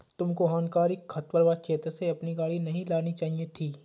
तुमको हानिकारक खरपतवार क्षेत्र से अपनी गाड़ी नहीं लानी चाहिए थी